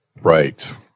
Right